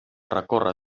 recorre